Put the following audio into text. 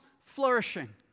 flourishing